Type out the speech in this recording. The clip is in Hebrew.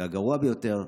והגרוע ביותר,